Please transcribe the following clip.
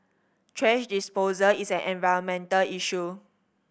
thrash disposal is an environmental issue